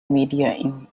media